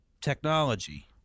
technology